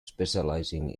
specialising